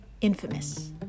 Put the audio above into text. infamous